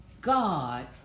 God